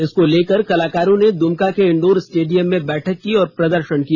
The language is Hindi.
इसको लेकर कलाकारों ने दुमका के इंडोर स्टेडियम में बैठक की और प्रदर्शन किया